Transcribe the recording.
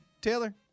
Taylor